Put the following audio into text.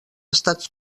estat